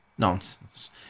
nonsense